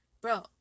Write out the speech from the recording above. bro